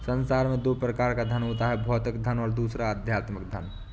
संसार में दो प्रकार का धन होता है भौतिक धन और दूसरा आध्यात्मिक धन